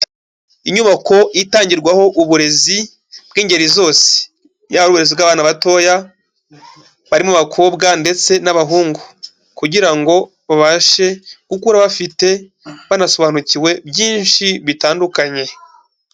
Inyubako itangirwaho uburezi bw'ingeri zose, yaba uburezi bw'abana batoya, barimo bakobwa ndetse n'abahungu kugira ngo babashe gukura bafite, banasobanukiwe byinshi bitandukanye.